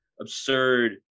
absurd